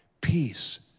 peace